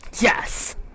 Yes